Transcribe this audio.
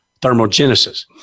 thermogenesis